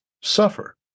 suffer